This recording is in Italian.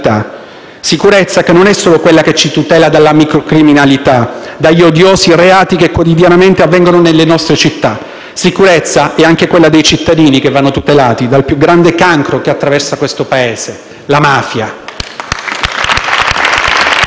sicurezza non è solo quella che ci tutela dalla microcriminalità e dagli odiosi reati che quotidianamente avvengono nelle nostre città. La sicurezza è anche quella dei cittadini che vanno tutelati dal più grande cancro che attraversa questo Paese, la mafia.